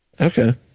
Okay